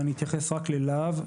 ואני אתייחס רק ללהב,